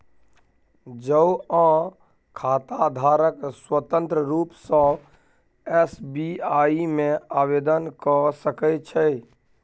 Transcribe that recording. जौंआँ खाताधारक स्वतंत्र रुप सँ एस.बी.आइ मे आवेदन क सकै छै